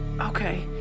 Okay